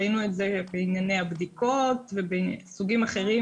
ראינו את זה בענייני הבדיקות ובסוגים אחרים